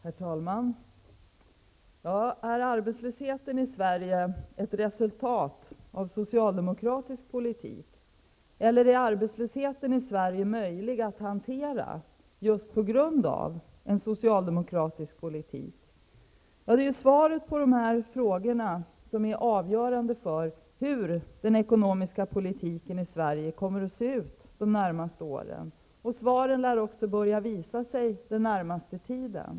Herr talman! Är arbetslösheten i Sverige ett resultat av socialdemokratisk politik? Eller är arbetslösheten i Sverige möjlig att hantera just på grund av en socialdemokratisk politik? Svaren på dessa frågor är avgörande för hur den ekonomiska politiken i Sverige kommer att se ut de närmaste åren. Svaren lär också börja visa sig under den närmaste tiden.